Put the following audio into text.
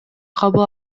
кабыл